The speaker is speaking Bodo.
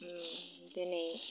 उम दोनै